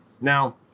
now